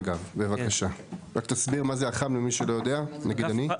רק תסביר מה זה אח"מ למי שלא יודע, נגיד אני.